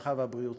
הרווחה והבריאות.